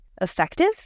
effective